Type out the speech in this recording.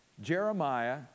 Jeremiah